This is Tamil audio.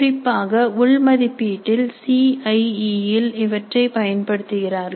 குறிப்பாக உள் மதிப்பீட்டில் சிஐஇ இல் இவற்றை பயன்படுத்துகிறார்கள்